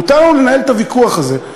מותר לנו לנהל את הוויכוח הזה.